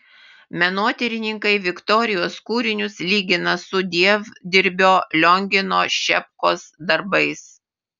menotyrininkai viktorijos kūrinius lygina su dievdirbio liongino šepkos darbais